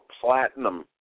platinum